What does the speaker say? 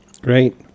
great